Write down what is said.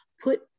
put